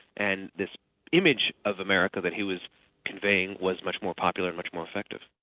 and the image of america that he was conveying, was much more popular and much more effective.